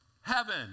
heaven